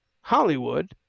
Hollywood